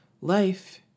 Life